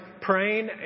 praying